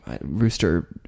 rooster